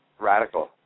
Radical